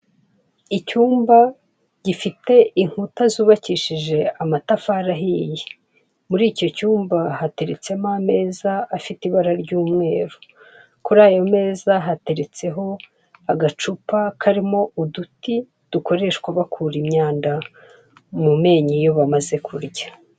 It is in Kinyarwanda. Icyumba gifite nkuta zubakishije amatafari ahiye. Muri icyo cyumba hateretsemo ameza afite ibara ry'umweru. Kuri ayo meze hateretseho agacupa karimo uduti dukoreshwa bakura imyanda mu menyo iyo bamaze kurya.